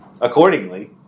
accordingly